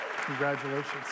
Congratulations